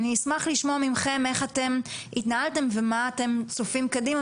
אני אשמח לשמוע מכם איך אתם התנהלתם ומה אתם צופים קדימה,